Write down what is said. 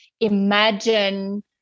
imagine